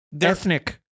ethnic